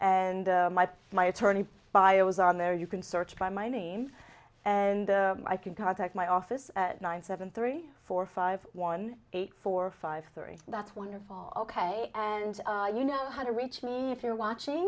and my my attorney bio was on there you can search by my name and i can contact my office at nine seven three four five one eight four five three that's wonderful ok and you know how to reach me if you're watching